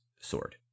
sword